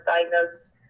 diagnosed